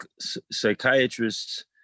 psychiatrist's